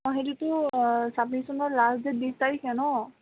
অঁ সেইটোতো চাবমিছনৰ লাষ্ট ডেট বিছ তাৰিখে ন